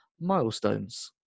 Milestones